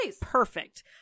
perfect